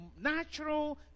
natural